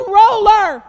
roller